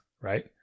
right